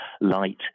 light